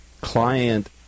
client